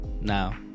Now